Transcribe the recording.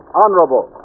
honorable